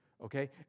Okay